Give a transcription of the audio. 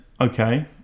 okay